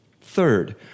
Third